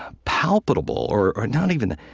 palpable or or not even